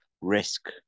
risk